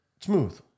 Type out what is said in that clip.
smooth